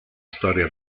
storia